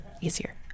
easier